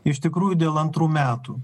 iš tikrųjų dėl antrų metų